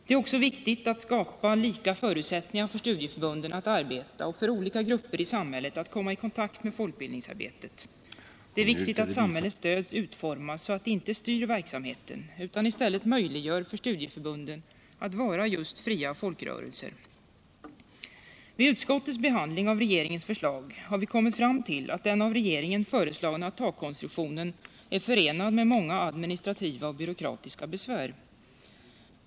Det är också viktigt att skapa lika förutsättningar för studieförbunden att arbeta och för olika grupper i samhället att komma i kontakt med folkbildningsarbetet. Det är viktigt att samhällets stöd utformas så att det inte styr verksamheten utan i stället möjliggör för studieförbunden att vara just fria utbildningsorganisationer. I utskottets behandling av regeringens förslag har vi kommit fram till att den av regeringen föreslagna takkonstruktionen är förenad med många administrativa och byråkratiska besvär.